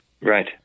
Right